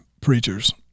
preachers